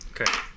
okay